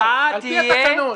על פי התקנון.